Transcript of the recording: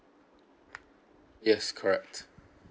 yes correct